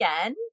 again